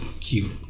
cute